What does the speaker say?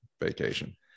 vacation